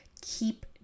keep